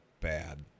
bad